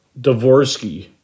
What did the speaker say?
Dvorsky